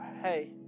hey